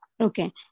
Okay